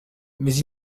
mais